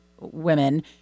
women